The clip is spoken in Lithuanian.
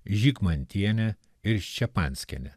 žygmantienė ir ščepanskienė